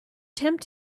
tempt